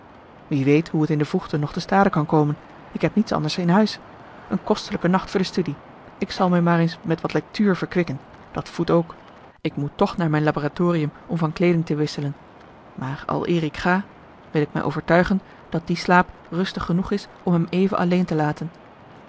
wie weet hoe het in de vroegte nog te stade kan komen ik heb niets anders in huis een kostelijke nacht voor de studie ik zal mij maar eens met wat lectuur verkwikken dat voedt a l g bosboom-toussaint de delftsche wonderdokter eel k moet toch naar mijn laboratorium om van kleeding te verwisselen maar aleer ik ga wil ik mij overtuigen dat die slaap rustig genoeg is om hem even alleen te laten